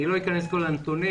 אני לא אכנס כאן לנתונים.